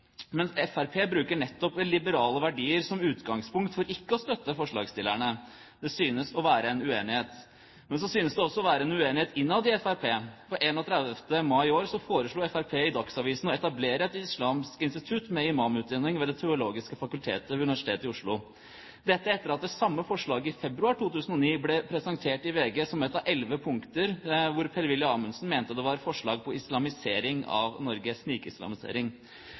mens Fremskrittspartiet bruker nettopp liberale verdier som utgangspunkt for ikke å støtte forslagsstillerne. Det synes å være en uenighet. Men så synes det også å være en uenighet innad i Fremskrittspartiet, for 31. mai i år foreslo Fremskrittspartiet i Dagsavisen å etablere et islamsk institutt med imamutdanning ved Det teologiske fakultet ved Universitetet i Oslo. Dette gjorde de etter at det samme forslaget i februar 2009 ble presentert i VG som ett av elleve punkter, hvor Per-Willy Amundsen mente det var forslag om islamisering av Norge – snikislamisering.